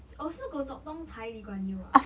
oh so 是 goh chok tong 才 lee kuan yew ah